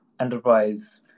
enterprise